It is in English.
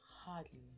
Hardly